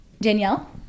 danielle